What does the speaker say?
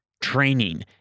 training